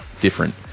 different